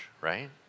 right